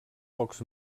pocs